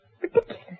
ridiculous